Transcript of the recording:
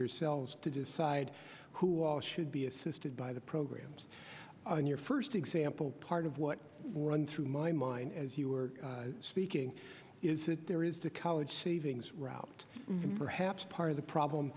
yourselves to decide who all should be assisted by the programs in your first example part of what one through my mind as you were speaking is there is the college savings route perhaps part of the problem